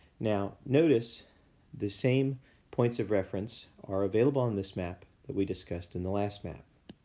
now, notice the same points of reference are available on this map that we discussed in the last map.